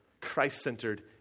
Christ-centered